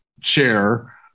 chair